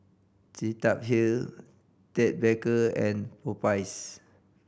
Cetaphil Ted Baker and Popeyes